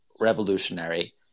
revolutionary